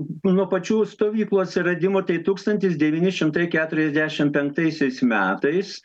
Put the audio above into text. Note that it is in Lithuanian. nuo pačių stovyklų atsiradimo tai tūkstantis devyni šimtai keturiasdešim penktaisiais metais